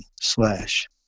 slash